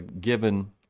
given